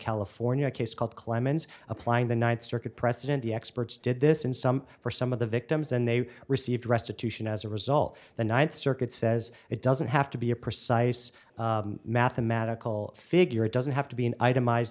california a case called clemens applying the ninth circuit precedent the experts did this in some for some of the victims and they received restitution as a result the ninth circuit says it doesn't have to be a precise mathematical figure it doesn't have to be an itemized